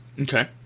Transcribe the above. Okay